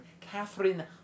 Catherine